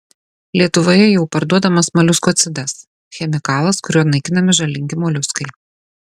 lietuvoje jau parduodamas moliuskocidas chemikalas kuriuo naikinami žalingi moliuskai